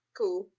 cool